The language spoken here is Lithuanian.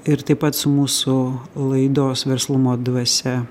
ir taip pat su mūsų laidos verslumo dvasia